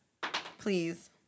please